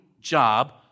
job